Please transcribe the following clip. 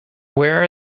where